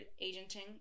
agenting